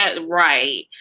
right